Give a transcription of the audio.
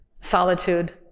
solitude